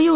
U